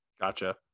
Gotcha